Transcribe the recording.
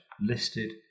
listed